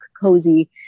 cozy